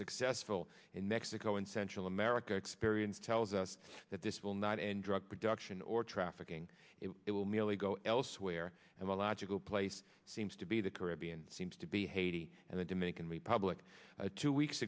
successful in mexico and central america experience tells us that this will not end drug production or trafficking it will merely go elsewhere and the logical place seems to be the caribbean seems to be haiti and the dominican republic two weeks